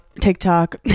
TikTok